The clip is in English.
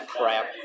crap